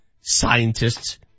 Scientists